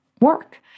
work